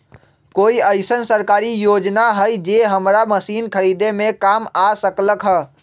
कोइ अईसन सरकारी योजना हई जे हमरा मशीन खरीदे में काम आ सकलक ह?